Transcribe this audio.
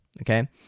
okay